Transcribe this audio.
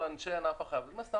למה?